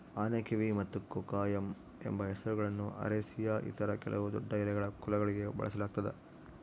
ಆನೆಕಿವಿ ಮತ್ತು ಕೊಕೊಯಮ್ ಎಂಬ ಹೆಸರುಗಳನ್ನು ಅರೇಸಿಯ ಇತರ ಕೆಲವು ದೊಡ್ಡಎಲೆಗಳ ಕುಲಗಳಿಗೆ ಬಳಸಲಾಗ್ತದ